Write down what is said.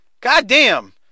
goddamn